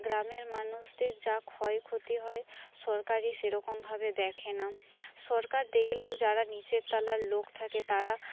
গ্রামের মানুষদের যা ক্ষয়ক্ষতি হয় সরকারই সেরকমভাবে দেখে না সরকার দেখলেও যারা নিচের তলার লোক থাকে তারা